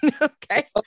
okay